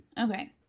Okay